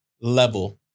level